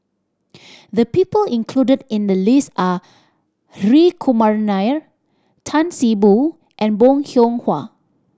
the people included in the list are Hri Kumar Nair Tan See Boo and Bong Hiong Hwa